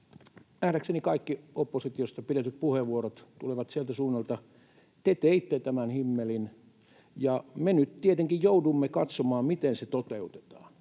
nähdäkseni kaikki oppositiosta pidetyt puheenvuorot tulevat sieltä suunnalta, mutta te teitte tämän himmelin, ja me nyt tietenkin joudumme katsomaan, miten se toteutetaan.